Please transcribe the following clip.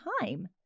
time